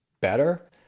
better